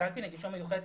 קלפי נגישה מיוחדת,